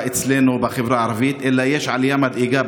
אצלנו בחברה הערבית אלא יש עלייה מדאיגה.